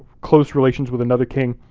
close relations with another king.